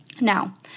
Now